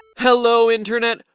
hello internet!